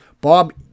Bob